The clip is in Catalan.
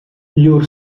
llur